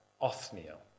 Othniel